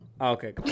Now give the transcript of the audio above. Okay